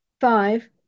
Five